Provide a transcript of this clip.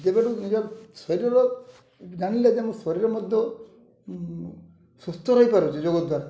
ଯେବେଠୁ ନିଜ ଶରୀରର ଜାଣିଲେ ଯେ ମୋ ଶରୀର ମଧ୍ୟ ସୁସ୍ଥ ରହିପାରୁଛି ଯୋଗ ଦ୍ୱାରା